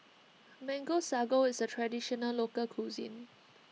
Mango Sago is a Traditional Local Cuisine